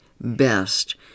best